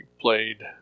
played